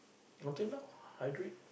complain now I do it